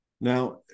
Now